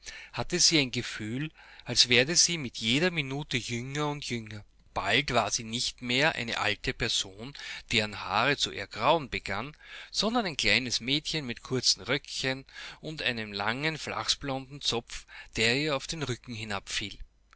hatte sie ein gefühl als werde sie mit jeder minute jünger und jünger undbaldwarsienichtmehreinealteperson derenhaarzuergrauen begann sondern ein kleines mädchen mit kurzen röcken und einem langen flachsblonden zopf der ihr auf dem rücken